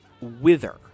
wither